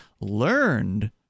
learned